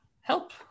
help